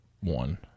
one